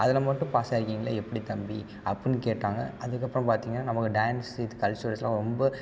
அதில் மட்டும் பாஸ் ஆகிருக்கீங்களே எப்படி தம்பி அப்புடின்னு கேட்டாங்க அதுக்கப்புறம் பார்த்தீங்கன்னா நமக்கு டான்ஸ் இது கல்ச்சுரல்ஸ்லாம் ரொம்ப